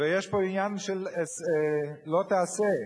ויש פה עניין של "לא תעשה":